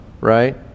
right